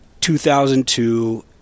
2002